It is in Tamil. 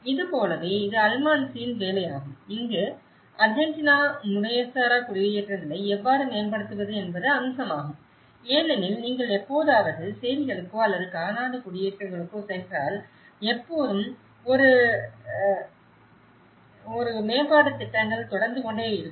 இது போலவே இது அல்மான்சியின் வேலையாகும் அங்கு அர்ஜென்டினா முறைசாரா குடியேற்றங்களை எவ்வாறு மேம்படுத்துவது என்பது அம்சமாகும் ஏனெனில் நீங்கள் எப்போதாவது சேரிகளுக்கோ அல்லது காலாண்டு குடியேற்றங்களுக்கோ சென்றால் எப்போதும் ஒரு மேம்பாட்டுத் திட்டங்கள் தொடர்ந்து கொண்டே இருக்கும்